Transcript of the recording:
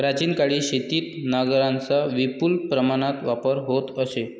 प्राचीन काळी शेतीत नांगरांचा विपुल प्रमाणात वापर होत असे